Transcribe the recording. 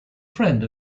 friend